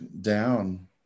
down